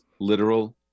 literal